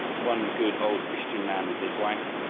one good old christian man with his wife,